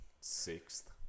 sixth